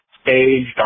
stage